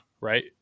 right